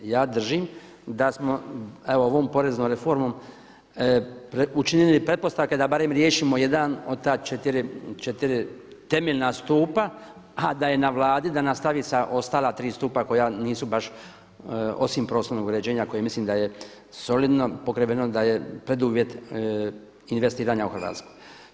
Ja držim da smo ovom poreznom reformom učinili pretpostavke da barem riješimo jedan od ta četiri temeljna stupa a da je na Vladi da nastavi sa ostala tri stupa koja nisu baš, osim prostornog uređenja, koje mislim da je solidno pokriveno, da je preduvjet investiranja u Hrvatskoj.